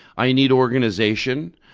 i need organization,